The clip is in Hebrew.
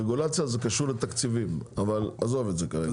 לרגולציה, זה קשור לתקציבים, אבל עזוב את זה כרגע.